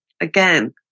again